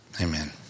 Amen